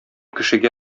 кешегә